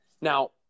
Now